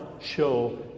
show